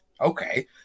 Okay